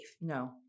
No